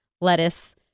lettuce